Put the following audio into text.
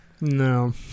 No